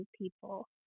people